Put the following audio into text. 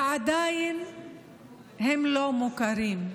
ועדיין הם לא מוכרים.